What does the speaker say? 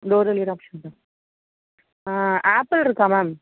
door delivery option தான் ஆப்பிளிருக்கா ma'am